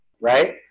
right